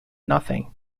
nothing